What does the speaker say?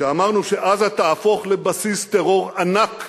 כשאמרנו שעזה תהפוך לבסיס טרור ענק,